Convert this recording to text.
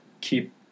keep